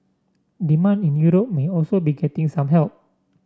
demand in Europe may also be getting some help